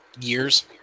years